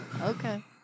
Okay